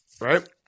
right